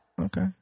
Okay